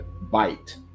Bite